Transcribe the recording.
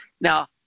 Now